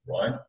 right